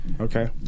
Okay